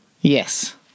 Yes